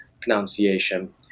pronunciation